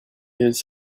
his